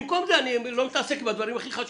במקום זה אני לא מתעסק בדברים הכי חשובים.